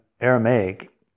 Aramaic